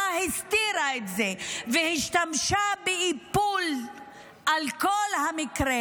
הסתירה את זה והשתמשה באיפול על כל המקרה,